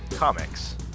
Comics